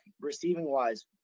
receiving-wise